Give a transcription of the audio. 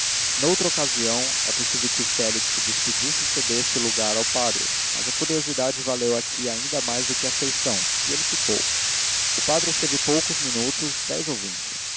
visitar-me noutra ocasião é possível que félix se despedisse e cedesse o lugar ao padre mas a curiosidade valeu aqui ainda mais do que a afeição e ele ficou o padre esteve poucos minutos dez ou vinte